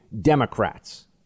Democrats